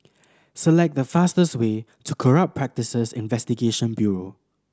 select the fastest way to Corrupt Practices Investigation Bureau